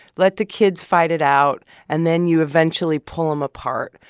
let the kids fight it out. and then you eventually pull them apart,